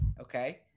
okay